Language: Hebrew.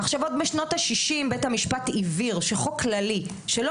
עוד בשנות השישים בית המשפט הבהיר שחוק כללי שלא